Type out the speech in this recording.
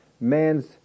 man's